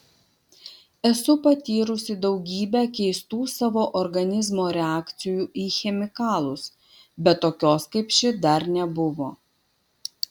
esu patyrusi daugybę keistų savo organizmo reakcijų į chemikalus bet tokios kaip ši dar nebuvo